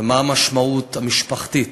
ומה המשמעות המשפחתית,